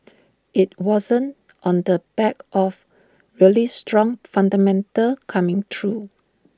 IT wasn't on the back of really strong fundamentals coming through